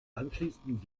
anschließend